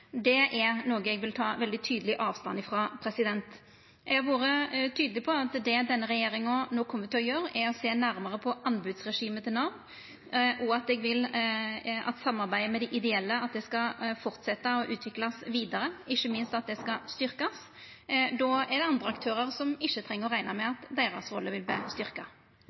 Det er noko eg vil ta veldig tydeleg avstand frå. Eg har vore tydeleg på at det denne regjeringa no kjem til å gjera, er å sjå nærare på anbodsregimet til Nav, og at samarbeidet med dei ideelle skal fortsetja og utviklast vidare, ikkje minst at det skal styrkjast. Då er det andre aktørar som ikkje treng å rekna med at deira rolle vil